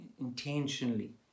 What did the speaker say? intentionally